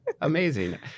Amazing